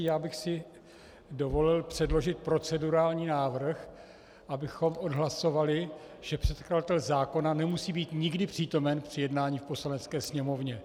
Já bych si dovolil předložit procedurální návrh, abychom odhlasovali, že předkladatel zákona nemusí být nikdy přítomen při jednání v Poslanecké sněmovně.